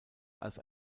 als